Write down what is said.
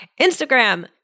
Instagram